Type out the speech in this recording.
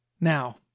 Now